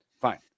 fine